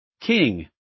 king